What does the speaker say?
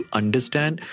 understand